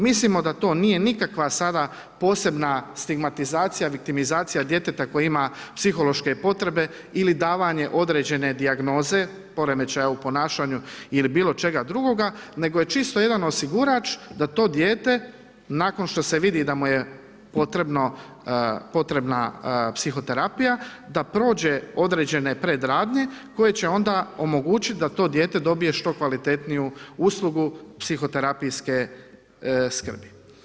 Mislimo da to nije nikakva sada posebna stigmatizacija, viktimizacija djeteta koje ima psihološke potrebe ili davanje određene dijagnoze, poremećaja u ponašanju ili bilo čega drugoga, nego je čisto jedan osigurač da to dijete nakon što se vidi da mu je potrebna psihoterapija, da prođe određene predradnje koje će onda omogućiti da to dijete dobije što kvalitetniju uslugu psihoterapijske skrbi.